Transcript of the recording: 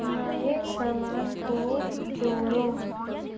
नए सामान को जोड़ो